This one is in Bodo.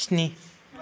स्नि